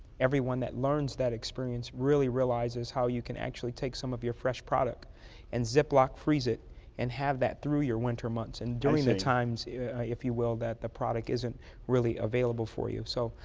everyone that learns that experience really realizes how you can actually take some of your fresh product and ziploc freeze it and having that through your winter months and during the times if you will that the product isn't really available for you. so,